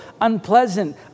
unpleasant